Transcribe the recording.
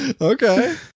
Okay